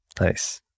nice